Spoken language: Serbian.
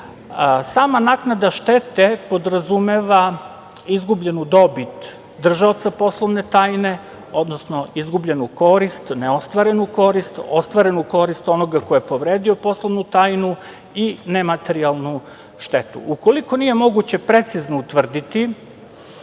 naknada štete podrazumeva izgubljenu dobit držaoca poslovne tajne, odnosno izgubljenu korist, neostvarenu korist, ostvarenu korist onoga ko je povredio poslovnu tajnu i nematerijalnu štetu. Ukoliko nije moguće precizno utvrditi